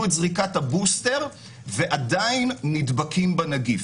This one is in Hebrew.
את זריקת הבוסטר ועדיין נדבקים בנגיף.